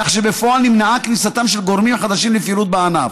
כך שבפועל נמנעה כניסתם של גורמים חדשים לפעילות בענף.